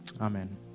amen